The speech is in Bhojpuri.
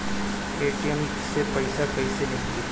ए.टी.एम से पइसा कइसे निकली?